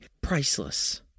priceless